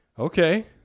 Okay